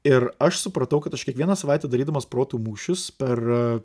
ir aš supratau kad aš kiekvieną savaitę darydamas protų mūšius per